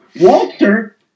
Walter